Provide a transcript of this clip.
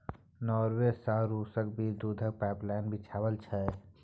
Norway सँ रुसक बीच दुधक पाइपलाइन बिछाएल छै